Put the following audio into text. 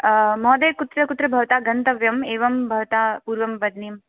महोदय कुत्र कुत्र भवता गन्तव्यम् एवं भवता पूर्वं बद्नीयं